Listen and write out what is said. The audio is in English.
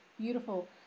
beautiful